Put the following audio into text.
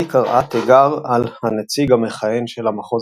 לי קראה תיגר על הנציג המכהן של המחוז